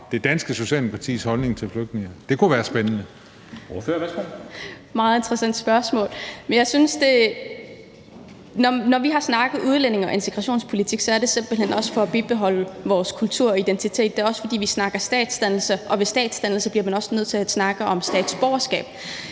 Dam Kristensen): Ordføreren, værsgo. Kl. 21:22 Aki-Matilda Høegh-Dam (SIU): Det er et meget interessant spørgsmål. Når vi har snakket udlændinge- og integrationspolitik, er det simpelt hen også for at bibeholde vores kultur og identitet. Det er også, fordi vi snakker statsdannelse, og ved statsdannelse bliver man også nødt til at snakke om statsborgerskab.